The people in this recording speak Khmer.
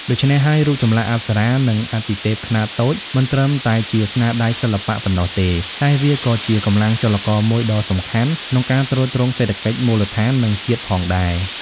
ដូច្នេះហើយ រូបចម្លាក់អប្សរា និងអាទិទេពខ្នាតតូចមិនត្រឹមតែជាស្នាដៃសិល្បៈប៉ុណ្ណោះទេ តែវាក៏ជាកម្លាំងចលករមួយដ៏សំខាន់ក្នុងការទ្រទ្រង់សេដ្ឋកិច្ចមូលដ្ឋាន និងជាតិផងដែរ។